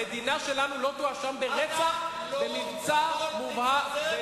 המדינה שלנו לא תואשם ברצח במבצע מובהק,